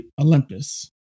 Olympus